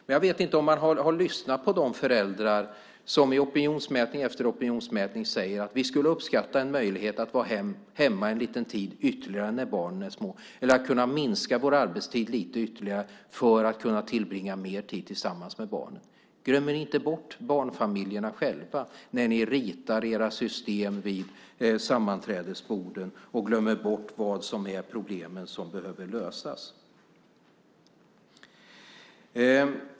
Men jag vet inte om man har lyssnat på de föräldrar som i opinionsmätning efter opinionsmätning säger att de skulle uppskatta en möjlighet att vara hemma en tid ytterligare när barnen är små, eller att minska sina arbetstider lite ytterligare för att kunna tillbringa mer tid med sina barn. Glöm inte bort barnfamiljerna när ni ritar era system vid sammanträdesborden. Ni glömmer bort de problem som behöver lösas.